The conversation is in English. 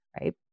right